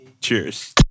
Cheers